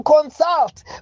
consult